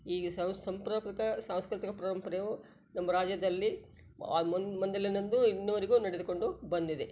ಹೀಗೆ ಸಂಪ್ರಕ್ರುತ ಸಾಂಸ್ಕೃತಿಕ ಪರಂಪರೆಯು ನಮ್ಮ ರಾಜ್ಯದಲ್ಲಿ ಅಲ್ ಮಂದ್ ಮೊದಲಿನಿಂದೂ ಇನ್ನುವರೆಗೂ ನಡೆದುಕೊಂಡು ಬಂದಿದೆ